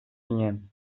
ginen